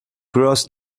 cross